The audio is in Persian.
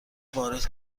وارد